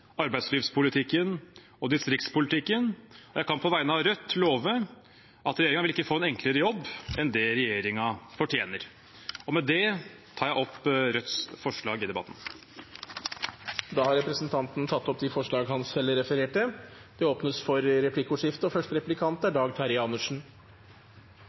arbeidslivspolitikken og distriktspolitikken. Jeg kan på vegne av Rødt love at regjeringen ikke vil få en enklere jobb enn det den fortjener. Med det tar jeg opp Rødts forslag. Da har representanten Bjørnar Moxnes tatt opp de forslagene han refererte til. Det blir replikkordskifte.